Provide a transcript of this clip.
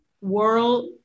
world